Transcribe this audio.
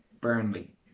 Burnley